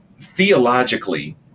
theologically